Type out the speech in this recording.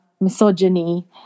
misogyny